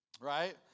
Right